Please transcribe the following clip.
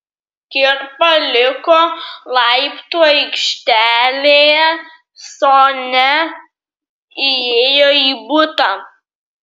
kirpa liko laiptų aikštelėje sonia įėjo į butą